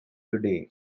today